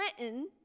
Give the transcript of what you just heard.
written